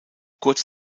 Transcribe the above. kurz